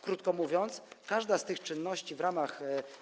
Krótko mówiąc, każda z tych czynności w ramach.